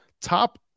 Top